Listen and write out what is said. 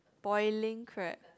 Boiling Crab